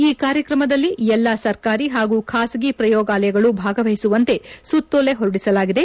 ಈ ಕಾರ್ಯತ್ರಮದಲ್ಲಿ ಎಲ್ಲಾ ಸರ್ಕಾರಿ ಹಾಗೂ ಖಾಸಗಿ ಪ್ರಯೋಗಾಲಯಗಳು ಭಾಗವಹಿಸುವಂತೆ ಸುತ್ತೋಲೆ ಹೊರಡಿಸಲಾಗಿದೆ